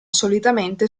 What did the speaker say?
solitamente